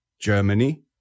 Germany